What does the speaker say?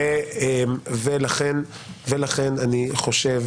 לכן אני חושב